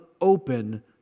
open